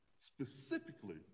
specifically